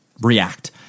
react